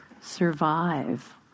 survive